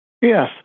Yes